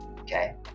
Okay